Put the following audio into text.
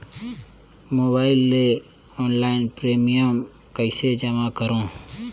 Mobile ले online premium कइसे जमा करों?